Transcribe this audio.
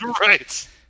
Right